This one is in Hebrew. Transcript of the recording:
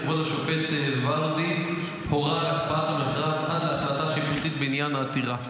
כבוד השופט ורדי הורה על הקפאת המכרז עד להחלטה שיפוטית בעניין העתירה.